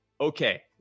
okay